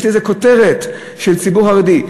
יש לזה כותרת של ציבור חרדי.